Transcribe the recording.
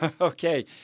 Okay